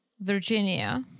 Virginia